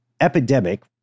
epidemic